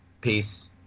Peace